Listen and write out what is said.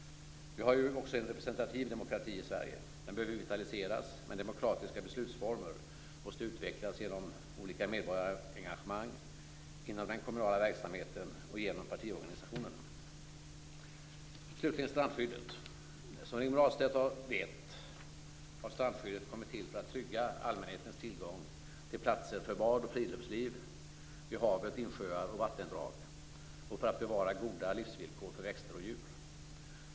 Vi har en representativ demokrati i Sverige. Den behöver vitaliseras, men demokratiska beslutsformer måste utvecklas genom olika medborgarengagemang, inom den kommunala verksamheten och genom partiorganisationerna. Slutligen strandskyddet. Som Rigmor Ahlstedt vet har strandskyddet kommit till för att trygga allmänhetens tillgång till platser för bad och friluftsliv vid havet, insjöar och vattendrag och för att bevara goda livsvillkor för växter och djur.